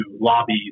lobby